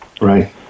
Right